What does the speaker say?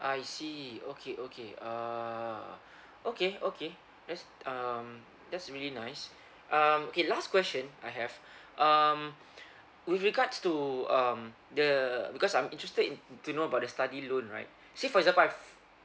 I see okay okay ah okay okay that's um that's really nice um okay last question I have um with regards to um the uh because I'm interested in to know about the study loan right say for example I've